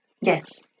Yes